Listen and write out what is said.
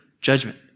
judgment